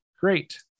Great